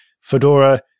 Fedora